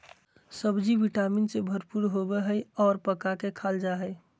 सब्ज़ि vitamin से भरपूर होबय हइ और पका के खाल जा हइ